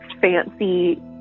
fancy